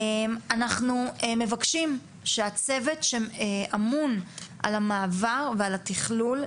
אנחנו מבקשים שהצוות שאמון על המעבר ועל התכלול,